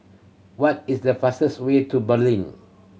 what is the fastest way to Berlin